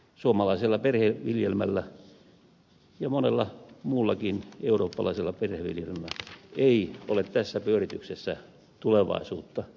suomalaisella perheviljelmällä ja monella muullakin eurooppalaisella perheviljelmällä ei ole tässä pyörityksessä tulevaisuutta